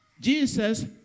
Jesus